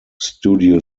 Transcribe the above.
studio